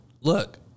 Look